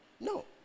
No